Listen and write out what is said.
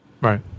Right